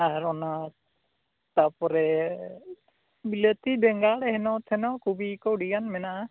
ᱟᱨ ᱚᱱᱟ ᱛᱟᱨᱯᱚᱨᱮ ᱵᱤᱞᱟᱹᱛᱤ ᱵᱮᱸᱜᱟᱲ ᱦᱮᱱᱚ ᱛᱷᱮᱱᱚ ᱠᱚᱯᱤ ᱠᱚ ᱟᱹᱰᱤᱜᱟᱱ ᱢᱮᱱᱟᱜᱼᱟ